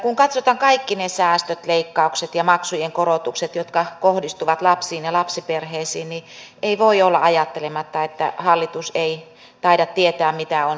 kun katsotaan kaikki ne säästöt leikkaukset ja maksujen korotukset jotka kohdistuvat lapsiin ja lapsiperheisiin niin ei voi olla ajattelematta että hallitus ei taida tietää mitä on tekemässä